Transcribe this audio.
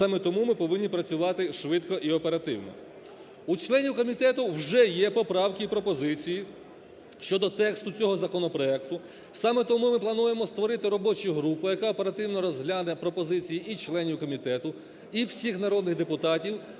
Саме тому ми повинні працювати швидко і оперативно. У членів комітету вже є поправки і пропозиції щодо тексту цього законопроекту. Саме тому ми плануємо створити робочу групу, яка оперативно розгляне пропозиції і членів комітету, і всіх народних депутатів